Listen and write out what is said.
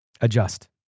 adjust